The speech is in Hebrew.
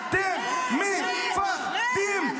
אתם מפחדים,